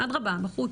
אדרבא בחוץ,